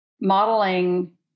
modeling